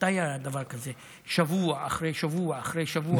מתי היה דבר כזה שבוע אחרי שבוע אחרי שבוע?